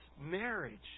marriage